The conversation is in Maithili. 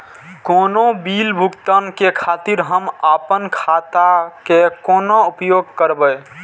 कोनो बील भुगतान के खातिर हम आपन खाता के कोना उपयोग करबै?